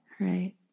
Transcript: Right